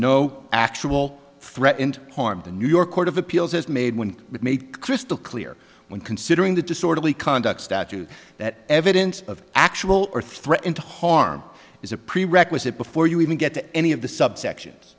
no actual threat and harm to new york court of appeals has made when it made crystal clear when considering the disorderly conduct statute that evidence of actual or threatened to harm is a prerequisite before you even get to any of the subsections